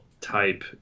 type